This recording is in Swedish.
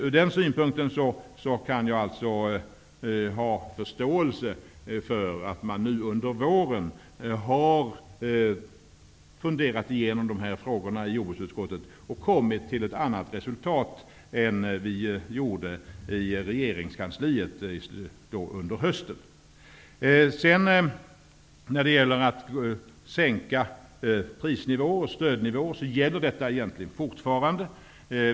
Ur den synpunkten kan jag alltså ha förståelse för att man nu under våren har funderat igenom dessa frågor i jordbruksutskottet och kommit fram till ett annat resultat än vi i regeringskansliet under hösten. Att sänka prisnivån och stödnivån är någonting som egentligen fortfarande gäller.